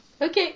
Okay